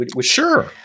Sure